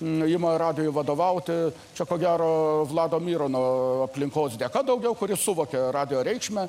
ima radijui vadovauti čia ko gero vlado mirono aplinkos dėka daugiau kuris suvokė radijo reikšmę